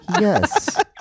yes